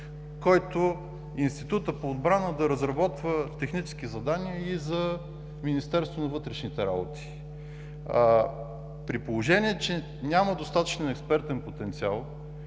който Институтът по отбрана да разработва технически задания и за Министерството на вътрешните работи. При положение че няма достатъчно експертен потенциал